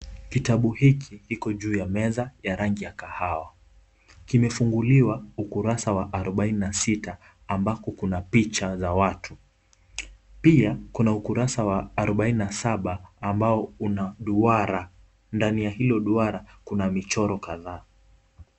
Kitabu hiki kiko juu ya meza ya rangi ya kahawa, kimefunguliwa ukurasa wa 46, ambako kuna picha za watu. Pia kuna ukurasa wa 47 ambao kuna duara, ndani ya hilo duara kuna michoro kadhaa.